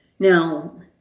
now